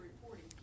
reporting